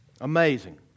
Amazing